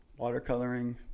watercoloring